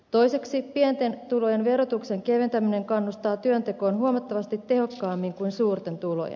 toiseksi pienten tulojen verotuksen keventäminen kannustaa työntekoon huomattavasti tehokkaammin kuin suurten tulojen